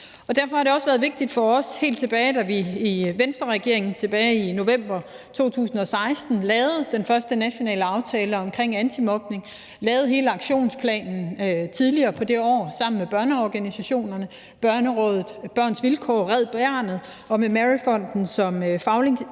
Derfor har det også været vigtigt for os helt tilbage, da vi i Venstreregeringen i november 2016 lavede den første nationale aftale omkring antimobning, lavede hele aktionsplanen tidligere i det år sammen med børneorganisationerne Børnerådet, Børns Vilkår og Red Barnet og med Mary Fonden som faglig